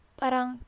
parang